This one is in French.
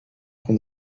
qu’on